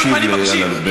תקשיב לאלאלוף.